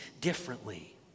differently